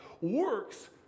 works